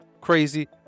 crazy